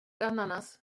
ananas